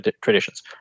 traditions